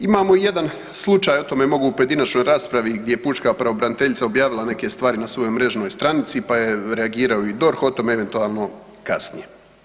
Imamo jedan slučaj, o tome mogu u pojedinačnoj raspravi gdje Pučka pravobraniteljica objavila neke stvari na svojoj mrežnoj stranici, pa je reagirao i DORH o tome, eventualno kasnije.